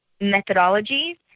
methodologies